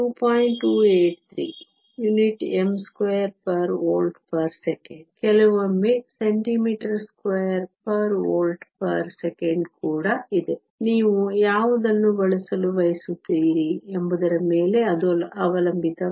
283 unit m2 V 1s 1 ಕೆಲವೊಮ್ಮೆ cm2 V 1s 1 ಕೂಡ ಇದೆ ನೀವು ಯಾವುದನ್ನು ಬಳಸಲು ಬಯಸುತ್ತೀರಿ ಎಂಬುದರ ಮೇಲೆ ಅದು ಅವಲಂಬಿತವಾಗಿರುತ್ತದೆ